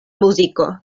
muziko